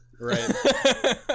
Right